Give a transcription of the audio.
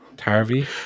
Harvey